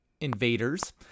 invaders